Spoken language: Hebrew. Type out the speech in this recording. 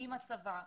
עם הצבא,